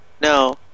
No